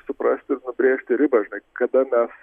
suprasti ir nubrėžti ribą žinai kada mes